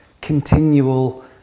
continual